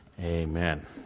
Amen